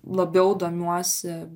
labiau domiuosi